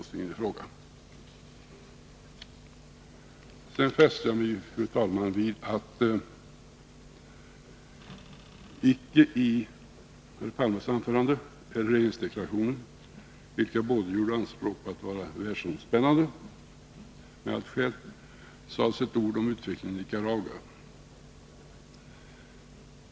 Sedan fäste jag mig, fru talman, vid att det icke i herr Palmes anförande eller i regeringsdeklarationen, vilka båda — med allt skäl — gjorde anspråk på att vara världsomspännande, sades ett ord om utvecklingen i Nicaragua.